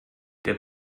der